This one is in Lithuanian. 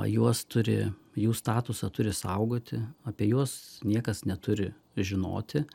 juos turi jų statusą turi saugoti apie juos niekas neturi žinoti